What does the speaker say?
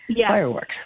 fireworks